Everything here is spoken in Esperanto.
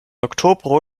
oktobro